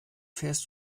fährst